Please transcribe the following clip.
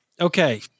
Okay